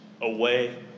away